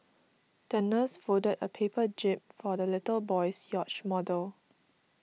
the nurse folded a paper jib for the little boy's yacht model